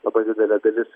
labai didelė dalis